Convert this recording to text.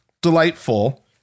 delightful